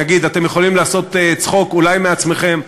נגיד: אתם יכולים לעשות צחוק אולי מעצמכם,